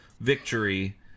victory